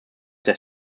der